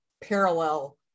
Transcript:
parallel